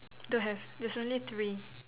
don't have there's only three